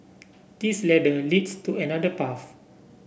this ladder leads to another path